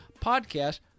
podcast